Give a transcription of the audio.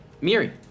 Miri